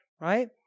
right